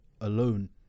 alone